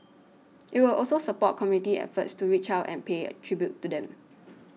it will also support community efforts to reach out and pay tribute to them